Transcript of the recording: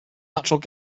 natural